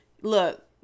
look